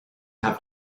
have